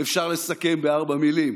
אפשר לסכם בארבע מילים: